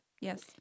Yes